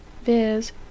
viz